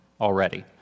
already